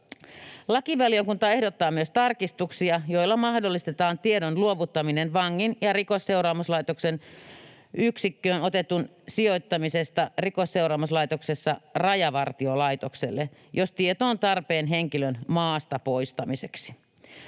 Lakivaliokunta ehdottaa myös tarkistuksia, joilla mahdollistetaan tiedon luovuttaminen Rajavartiolaitokselle vangin ja Rikosseuraamuslaitoksen yksikköön otetun sijoittamisesta Rikosseuraamuslaitoksessa, jos tieto on tarpeen henkilön maasta poistamiseksi.